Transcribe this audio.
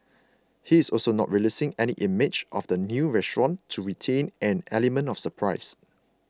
he's also not releasing any images of the new restaurant to retain an element of surprise